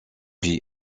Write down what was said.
pis